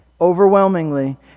overwhelmingly